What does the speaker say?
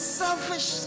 selfish